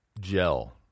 gel